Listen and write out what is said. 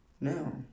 No